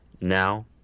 now